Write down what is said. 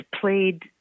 played